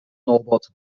norbert